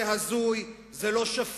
זה הזוי, זה לא שפוי,